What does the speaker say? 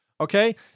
Okay